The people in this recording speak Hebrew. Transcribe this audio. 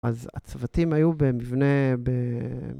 אז הצוותים היו במבנה,